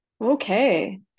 Okay